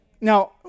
Now